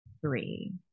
three